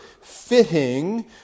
fitting